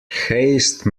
haste